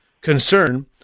concern